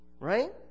right